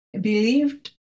believed